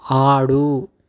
ఆడు